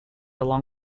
along